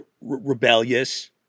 rebellious